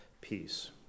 peace